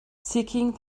seeking